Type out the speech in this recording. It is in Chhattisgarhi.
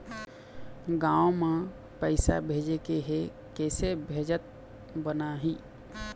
गांव म पैसे भेजेके हे, किसे भेजत बनाहि?